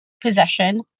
possession